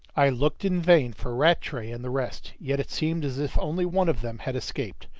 i looked in vain for rattray and the rest yet it seemed as if only one of them had escaped.